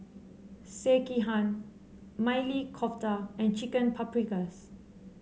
Sekihan Maili Kofta and Chicken Paprikas